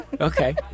okay